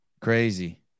Crazy